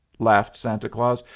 laughed santa claus.